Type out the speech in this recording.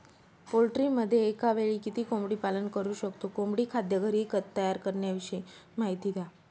पोल्ट्रीमध्ये एकावेळी किती कोंबडी पालन करु शकतो? कोंबडी खाद्य घरी तयार करण्याविषयी माहिती द्या